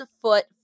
foot